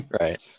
right